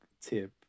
tip